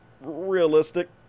realistic